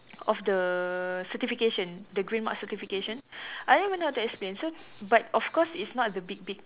of the certification the green mark certification I don't even know how to explain so but of course it's not the big big